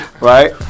Right